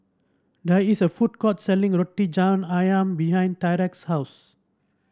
there is a food court selling Roti John ayam behind Tyrek's house